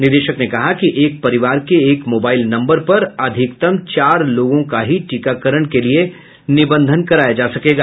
निदेशक ने कहा कि एक परिवार के एक मोबाईल नम्बर पर अधिकतम चार लोगों का ही टीकाकरण के लिए निबंधन कराया जा सकेगा